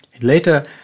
Later